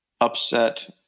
upset